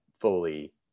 fully